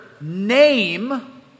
name